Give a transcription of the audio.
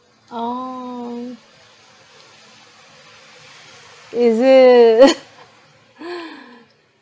oh is it